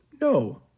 No